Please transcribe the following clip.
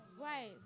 Right